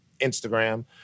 Instagram